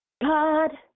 God